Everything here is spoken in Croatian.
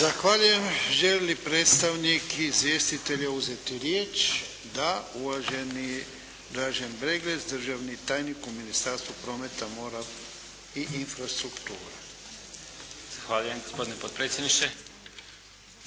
Zahvaljujem. Želi li predstavnik izvjestitelja uzeti riječ? Da. Uvaženi Dražen Breglec, državni tajnik u Ministarstvu prometa, mora i infrastruktura. **Breglec, Dražen** Zahvaljujem, gospodine potpredsjedniče.